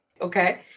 Okay